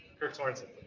kirk sorensen.